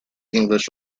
english